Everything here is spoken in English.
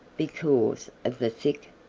because of the thick,